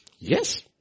yes